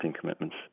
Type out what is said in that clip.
commitments